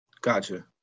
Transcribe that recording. gotcha